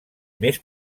més